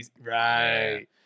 Right